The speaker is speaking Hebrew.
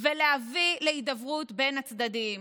ולהביא להידברות בין הצדדים.